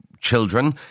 Children